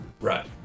Right